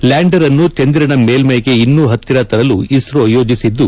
lander ಅನ್ನು ಚಂದಿರನ ಮೇಲ್ಮೆಗೆ ಇನ್ನೂ ಹತ್ತಿರ ತರಲು ಇಸ್ರೋ ಯೋಜಿಸಿದ್ದು